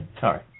Sorry